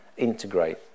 integrate